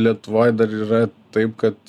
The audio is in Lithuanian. lietuvoj dar yra taip kad